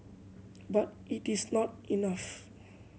but it is not enough